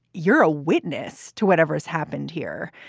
you're a witness to whatever has happened here.